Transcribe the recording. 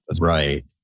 Right